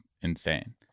insane